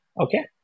Okay